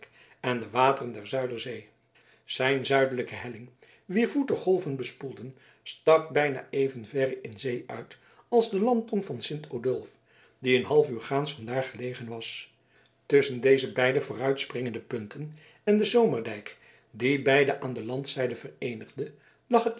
en de wateren der zuiderzee zijn zuidelijke helling wier voet de golven bespoelden stak bijna even verre in zee uit als de landtong van sint odulf die een halfuur gaans vandaar gelegen was tusschen deze beide vooruitspringende punten en den zomerdijk die beide aan de landzijde vereenigde lag